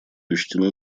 учтены